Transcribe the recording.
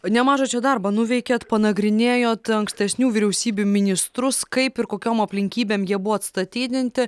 nemažą čia darbą nuveikėt panagrinėjot ankstesnių vyriausybių ministrus kaip ir kokiom aplinkybėm jie buvo atstatydinti